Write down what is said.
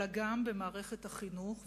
אלא גם במערכת החינוך,